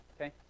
okay